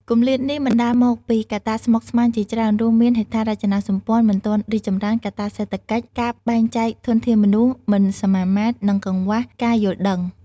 គម្លាតនេះបណ្តាលមកពីកត្តាស្មុគស្មាញជាច្រើន រួមមានហេដ្ឋារចនាសម្ព័ន្ធមិនទាន់រីកចម្រើន កត្តាសេដ្ឋកិច្ច ការបែងចែកធនធានមនុស្សមិនសមាមាត្រ និងកង្វះការយល់ដឹង។